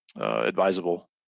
Advisable